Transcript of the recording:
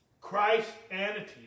Christ-anity